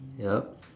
yup